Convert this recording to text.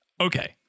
Okay